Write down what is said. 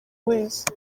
wese